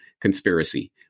conspiracy